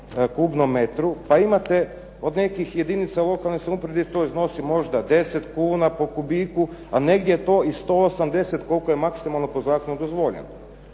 kubnom metru. Pa imate kod nekih jedinica lokalne samouprave gdje to iznosi možda 10 kuna po kubiku, a negdje je to 180, koliko je maksimalno po zakonu dozvoljeno.